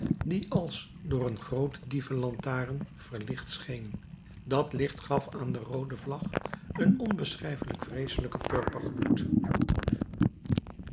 die als door een groote dievenlantaarn verlicht scheen dat licht gaf aan de roode vlag een onbeschrijfelijk vreeselijken